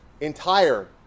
Entire